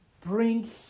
bring